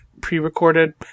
pre-recorded